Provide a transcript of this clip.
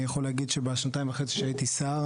אני יכול להגיד שבשנתיים וחצי שהייתי שר,